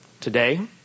today